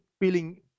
feeling